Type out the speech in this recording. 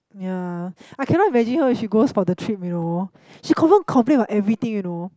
yeah I cannot imagine her if she goes for the trip you know she confirm complain about everything you know